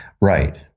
right